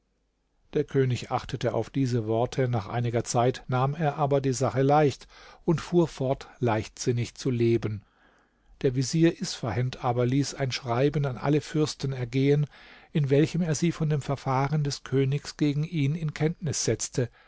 der könig achtete auf diese worte nach einiger zeit nahm er aber die sache leicht und fuhr fort leichtsinnig zu leben der vezier isfahend aber ließ ein schreiben an alle fürsten ergehen in welchem er sie von dem verfahren des königs gegen ihn in kenntnis setzte